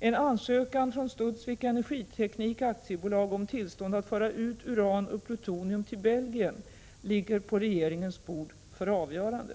En ansökan från Studsvik Energiteknik AB om tillstånd att föra ut uran och plutonium till Belgien ligger på regeringens bord för avgörande.